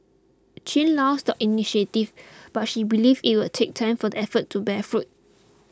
chin lauds the initiatives but she believes it will take time for the efforts to bear fruit